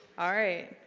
alright.